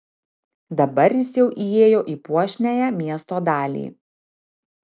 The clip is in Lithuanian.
dabar jis jau įėjo į puošniąją miesto dalį